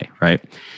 Right